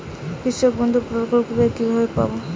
কৃষকবন্ধু প্রকল্প কিভাবে পাব?